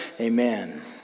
Amen